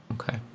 Okay